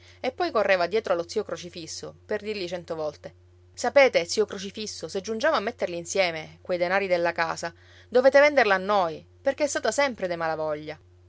e poi correva dietro allo zio crocifisso per dirgli cento volte sapete zio crocifisso se giungiamo a metterli insieme quei denari della casa dovete venderla a noi perché è stata sempre dei malavoglia